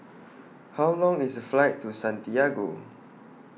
How Long IS The Flight to Santiago